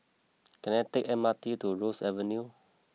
can I take M R T to Ross Avenue